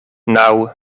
naŭ